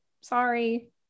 sorry